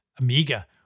Amiga